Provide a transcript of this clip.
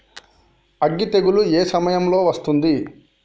అగ్గి తెగులు ఏ సమయం లో వస్తుంది?